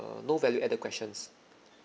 no value added questions